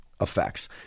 effects